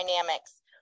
dynamics